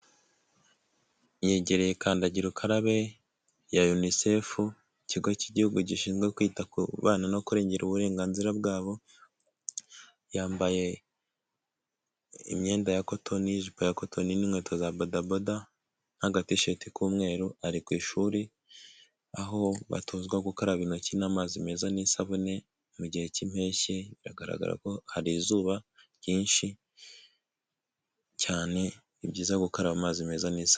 Yegereye kandagira ukarabe ya UNICEF, ikigo cy'igihugu gishinzwe kwita ku bana no kurengera uburenganzira bwabo, yambaye imyenda ya kotoni, ijipa ya kotoni n'inkweto za bodaboda n'agatishati k'umweru, ari ku ishuri aho batozwa gukaraba intoki n'amazi meza n'isabune mu gihe cy'impeshyi, biragaragara ko hari izuba ryinshi cyane. Ni byiza gukaraba amazi meza n'isabune.